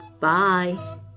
Bye